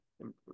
improve